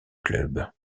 club